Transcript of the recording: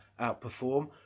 outperform